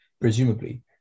presumably